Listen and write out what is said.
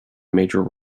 major